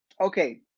Okay